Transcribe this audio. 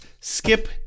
Skip